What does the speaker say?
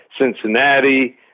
Cincinnati